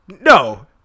No